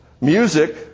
music